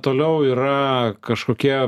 toliau yra kažkokie